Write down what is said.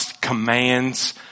commands